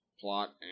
plot